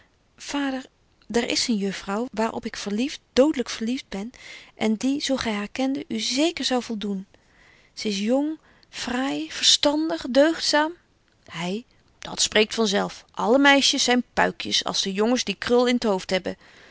daar is een juffrouw waar op ik verlieft doodlyk verlieft ben en die zo gy haar kende u zeker zou voldoen ze is jong fraai verstandig deugdzaam hy dat spreekt van zelf alle meisjes zyn puikjes als de jongens die krul in t hooft hebben